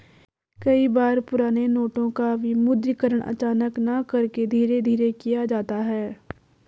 कई बार पुराने नोटों का विमुद्रीकरण अचानक न करके धीरे धीरे किया जाता है